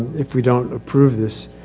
if we don't approve this,